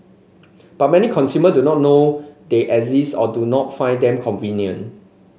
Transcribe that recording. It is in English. but many consumer do not know they exist or do not find them convenient